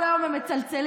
כל היום הם מצלצלים,